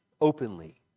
openly